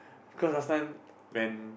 cause last time when